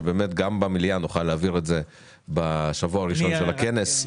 שבאמת גם במליאה נוכל להעביר את זה בשבוע הראשון של הכנס,